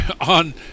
on